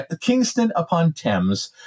Kingston-upon-Thames